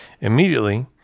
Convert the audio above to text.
Immediately